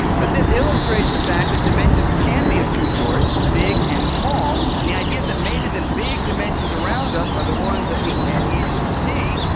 but this illustrates the fact that dimensions can be of two sorts big and small. and the idea that maybe the big dimensions around us are the ones that we can easily see,